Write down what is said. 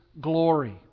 glory